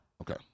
Okay